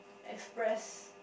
express